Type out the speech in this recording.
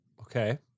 Okay